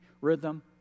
rhythm